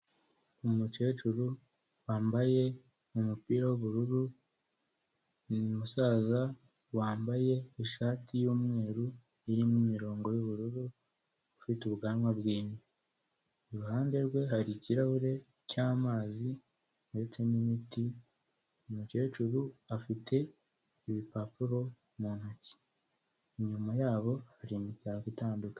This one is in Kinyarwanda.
Umukecuru wambaye umupira w'ubururu n'umusaza wambaye ishati y'umweru irimo imirongo y'ubururu ufite ubwanwa bw'invi, iruhande rwe hari ikirahure cy'amazi ndetse n'imiti, umukecuru afite ibipapuro mu ntoki, inyuma yabo hari imitako itandukanye.